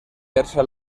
persa